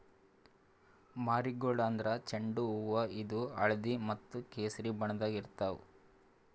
marigold ಅಂದ್ರ ಚೆಂಡು ಹೂವಾ ಇದು ಹಳ್ದಿ ಮತ್ತ್ ಕೆಸರಿ ಬಣ್ಣದಾಗ್ ಇರ್ತವ್